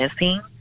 missing